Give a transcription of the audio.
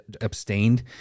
abstained